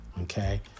Okay